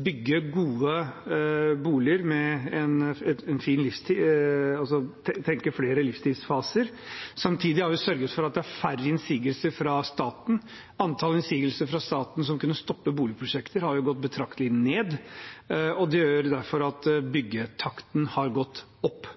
bygge gode boliger og tenke flere livsstilsfaser. Samtidig har vi sørget for at det er færre innsigelser fra staten. Antall innsigelser fra staten som kunne stoppe boligprosjekter, har gått betraktelig ned, og det gjør derfor at byggetakten har gått opp.